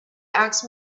asked